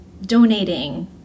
Donating